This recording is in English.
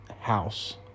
house